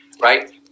right